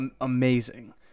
amazing